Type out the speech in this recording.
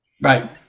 Right